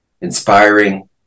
inspiring